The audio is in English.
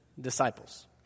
disciples